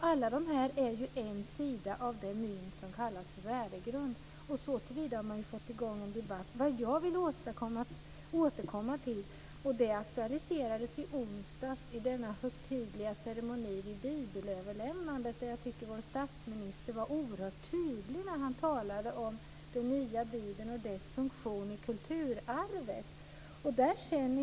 Alla är ju en sida av det mynt som kallas för värdegrund. Såtillvida har man ju fått i gång en debatt. Jag vill återkomma till det som aktualiserades i onsdags vid den högtidliga ceremonien i samband med bibelöverlämnandet, där jag tycker att vår statsminister var oerhört tydlig när han talade om den nya bibeln och dess funktion i kulturarvet.